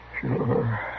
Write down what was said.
Sure